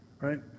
right